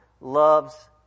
loves